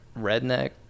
redneck